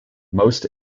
most